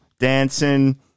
Dancing